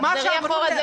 תחזרי אחורה,